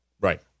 Right